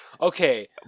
Okay